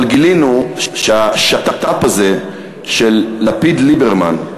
אבל גילינו שהשת"פ הזה של לפיד-ליברמן,